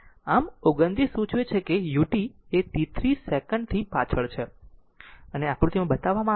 આમ 29 સૂચવે છે કે u t એ i 3 સેકન્ડથી પાછળ છે અને આકૃતિમાં બતાવવામાં આવે છે